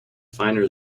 finer